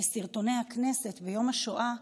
ביום השואה,